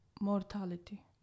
mortality